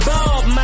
Bob